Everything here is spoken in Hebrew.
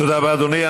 תודה רבה, אדוני.